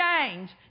change